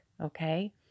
okay